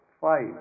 five